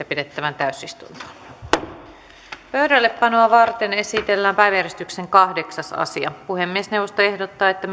pidettävään täysistuntoon pöydällepanoa varten esitellään päiväjärjestyksen kahdeksas asia puhemiesneuvosto ehdottaa että